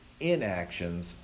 inactions